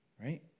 right